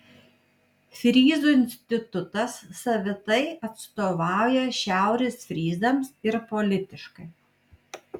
fryzų institutas savitai atstovauja šiaurės fryzams ir politiškai